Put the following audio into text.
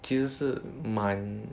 其实是蛮